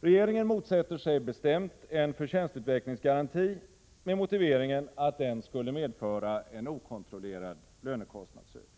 Regeringen motsätter sig bestämt en förtjänstutvecklingsgaranti med motiveringen att den skulle medföra en okontrollerad lönekostnadsökning.